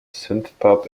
synthpop